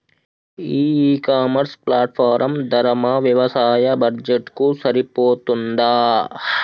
ఈ e commerce platform ధర మా వ్యవసాయ బడ్జెట్ కు సరిపోతుందా?